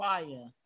Fire